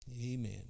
Amen